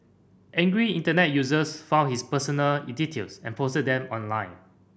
angry Internet users found his personal in details and posted them online